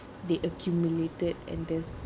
they accumulated and there's